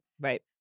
Right